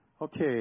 Okay